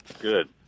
Good